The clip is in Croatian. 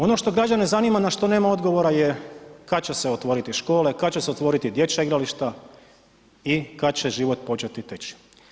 Ono što građane zanima na što nema odgovora je, kad će se otvoriti škole, kad će se otvoriti dječja igrališta i kad će život početi teći.